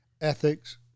ethics